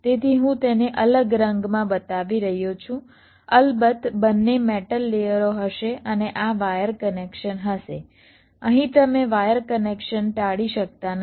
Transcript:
તેથી હું તેને અલગ રંગમાં બતાવી રહ્યો છું અલબત્ત બંને મેટલ લેયરો હશે અને આ વાયર કનેક્શન હશે અહીં તમે વાયર કનેક્શન ટાળી શકતા નથી